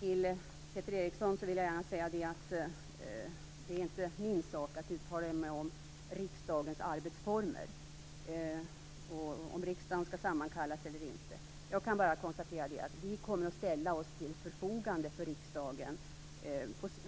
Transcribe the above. Till Peter Eriksson vill jag gärna säga att det inte är min sak uttala mig om riksdagens arbetsformer och om riksdagen skall sammankallas eller inte. Jag kan bara konstatera att vi kommer att ställa oss till riksdagens förfogande